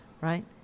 right